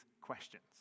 questions